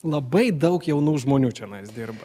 labai daug jaunų žmonių čionais dirba